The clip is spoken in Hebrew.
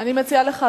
אני אשאר פה.